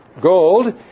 gold